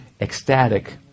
ecstatic